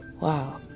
wow